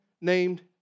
named